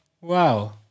Wow